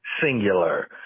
singular